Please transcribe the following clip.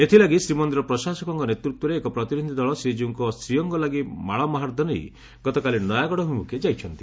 ଏଥିଲାଗି ଶ୍ରୀମନ୍ଦିର ପ୍ରଶାସକଙ୍କ ନେତୂତ୍ୱରେ ଏକ ପ୍ରତିନିଧି ଦଳ ଶ୍ରୀକୀଉଙ୍କ ଶ୍ରୀଅଙ୍ଗ ଲାଗି ମାଳମାହାର୍ଦ୍ଦ ନେଇ ଗତକାଲି ନୟାଗଡ ଅଭିମୁଖେ ଯାଇଛନ୍ତି